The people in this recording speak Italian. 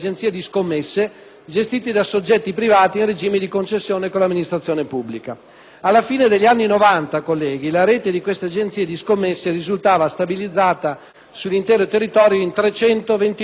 gestiti da soggetti privati in regime di concessione con l'Amministrazione pubblica. Alla fine degli anni Novanta la rete di queste agenzie di scommesse ippiche risultava stabilizzata, sull'intero territorio, in 329 unità.